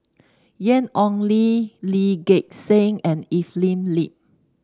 Ian Ong Li Lee Gek Seng and Evelyn Lip